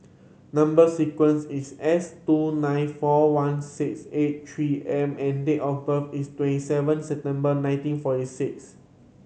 number sequence is S two nine four one six eight Three M and date of birth is twenty seven September nineteen forty six